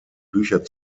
bücher